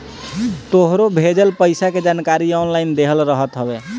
तोहरो भेजल पईसा के जानकारी ऑनलाइन देहल रहत हवे